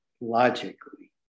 logically